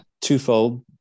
twofold